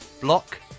Block